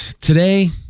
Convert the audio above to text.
today